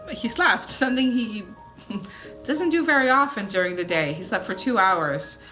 ah he slept something he doesn't do very often during the day, he slept for two hours.